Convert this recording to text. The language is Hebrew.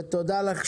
ותודה לך,